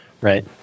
Right